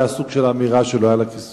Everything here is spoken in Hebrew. ואז זה היה סוג של אמירה שלא היה לה כיסוי,